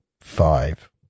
five